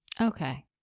Okay